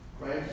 right